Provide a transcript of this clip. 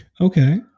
okay